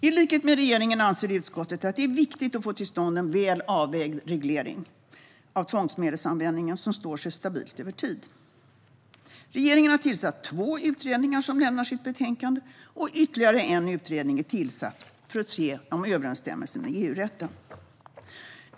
I likhet med regeringen anser utskottet att det är viktigt att få till stånd en väl avvägd reglering av tvångsmedelsanvändningen som står sig stabilt över tid. Regeringen har tillsatt två utredningar som lämnar var sitt betänkande, och ytterligare en utredning är tillsatt för att titta på överensstämmelsen med EU-rätten.